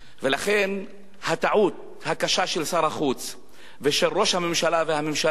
ולכן הטעות הקשה של שר החוץ ושל ראש הממשלה והממשלה,